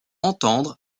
entendre